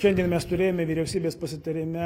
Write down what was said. šiandien mes turėjome vyriausybės pasitarime